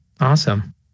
Awesome